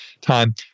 time